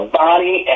body